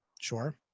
Sure